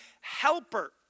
helper